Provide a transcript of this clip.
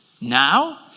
Now